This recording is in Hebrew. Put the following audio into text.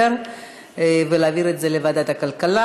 לסדר-היום ולהעביר את זה לוועדת הכלכלה.